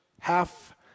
half